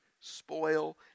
spoil